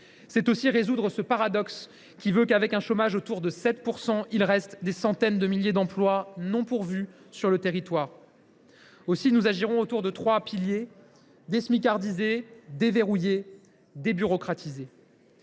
C’est aussi mettre fin à ce paradoxe : avec un chômage autour de 7 %, il reste des centaines de milliers d’emplois non pourvus sur le territoire. Aussi, nous agirons autour de trois piliers : désmiscardiser, déverrouiller, débureaucratiser.